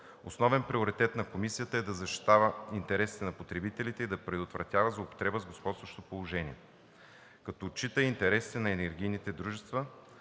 Основен приоритет на Комисията е да защитава интересите на потребителите и да предотвратява злоупотреба с господстващо положение, като отчита интересите на енергийните дружества